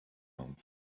month